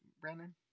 Brandon